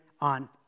on